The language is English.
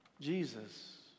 Jesus